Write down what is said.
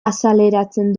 azaleratzen